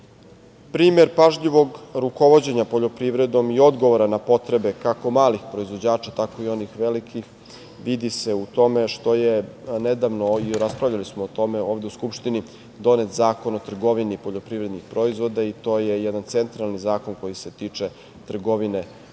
pažljivog rukovođenja poljoprivredom i odgovora na potrebe kako malih proizvođača, tako i onih velikih vidi se u tome što je nedavno, i raspravljali smo o tome ovde u Skupštini, donet Zakon o trgovini poljoprivrednih proizvoda i to je jedan centralni zakon koji se tiče trgovine u ovoj oblasti.